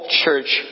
church